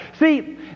See